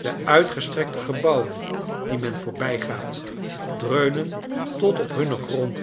de uitgestrekte gebouwen die men voorbijgaat dreunen tot op hunne